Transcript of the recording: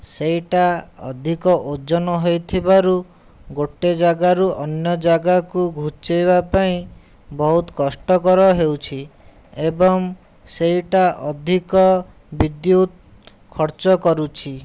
ସେହିଟା ଅଧିକ ଓଜନ ହୋଇଥିବାରୁ ଗୋଟିଏ ଜାଗାରୁ ଅନ୍ୟ ଜାଗାକୁ ଘୁଞ୍ଚେଇବା ପାଇଁ ବହୁତ କଷ୍ଟକର ହେଉଛି ଏବଂ ସେହିଟା ଅଧିକ ବିଦ୍ୟୁତ୍ ଖର୍ଚ୍ଚ କରୁଛି